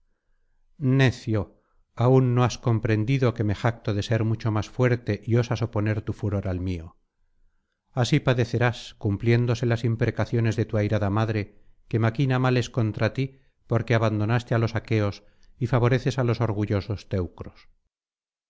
necio aún no has comprendido que me jacto de ser mucho más fuerte y osas oponer tu furor al mío así padecerás cumpliéndose las imprecaciones de tu airada madre que máquina males contra ti porque abandonaste á los aqueos y favoreces á los orgullosos teucros